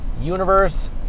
universe